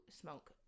smoke